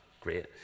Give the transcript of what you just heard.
great